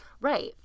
right